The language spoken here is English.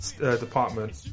department